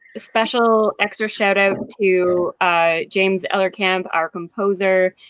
special extra shout out to ah james ellercamp, our composer,